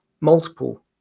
multiple